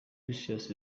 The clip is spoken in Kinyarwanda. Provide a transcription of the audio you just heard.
precious